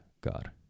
God